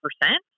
percent